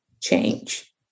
change